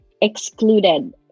excluded